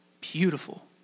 beautiful